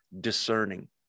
discerning